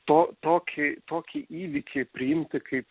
to tokį tokį įvykį priimti kaip